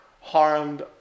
harmed